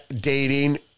dating